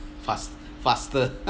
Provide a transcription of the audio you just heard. fast faster